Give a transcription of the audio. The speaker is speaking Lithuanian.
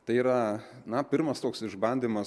tai yra na pirmas toks išbandymas